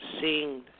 seeing